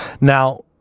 Now